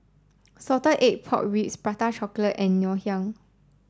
Salted Egg Pork Ribs Prata Chocolate and Ngoh Hiang